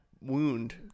wound